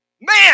Man